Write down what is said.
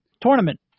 tournament